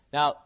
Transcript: Now